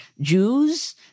Jews